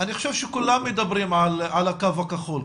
אני חושב שכולם מדברים על הקו הכחול,